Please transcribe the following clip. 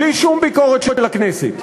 בלי שום ביקורת של הכנסת.